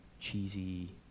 cheesy